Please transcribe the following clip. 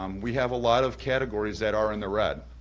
um we have a lot of categories that are in the red,